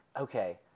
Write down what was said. okay